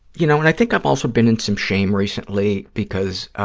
you know, and i think i've also been in some shame recently because,